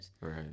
Right